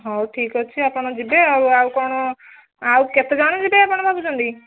ହଉ ଠିକ୍ଅଛି ଆପଣ ଯିବେ ଆଉ କଣ ଆଉ କେତେଜଣ ଯିବେ ଆପଣ ଭାବୁଛନ୍ତି